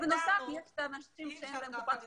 בנוסף יש את האנשים ששייכים לקופת חולים,